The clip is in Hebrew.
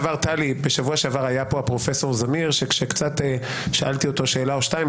היה פה בשבוע שעבר הפרופ' זמיר שכאשר קצת שאלתי אותו שאלה או שתיים,